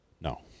No